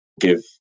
give